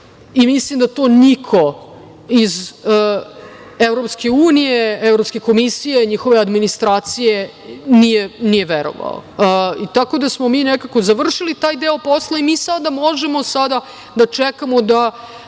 i mislim da to niko iz Evropske unije, Evropske komisije, njihove administracije nije verovao. Tako da smo mi nekako završili taj deo posla i mi sada možemo da čekamo da